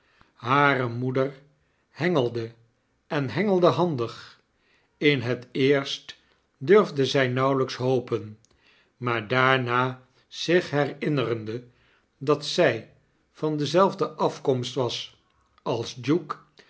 hare moeder hengelde en hengelde handig in het e'erst durfde zy nauwelijks hopenjmaar daarna zich herinnerende dat zij van dezelfde afkomst was als duke